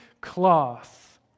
cloth